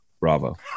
Bravo